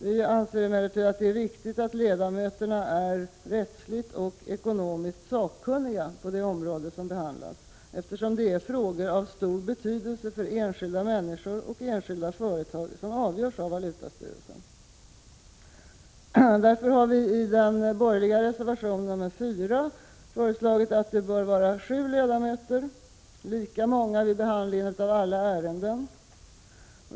Vi anser emellertid att det är viktigt att ledamöterna är rättsligt och ekonomiskt sakkunniga på det område som behandlas, eftersom frågor av stor betydelse för enskilda människor och företag avgörs av valutastyrelsen. I den borgerliga reservationen 4 har vi föreslagit att det skall vara sju ledamöter i valutastyrelsen — lika många vid behandlingen av alla ärenden.